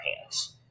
hands